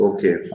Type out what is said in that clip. Okay